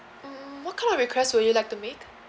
mm what kind of requests would you like to make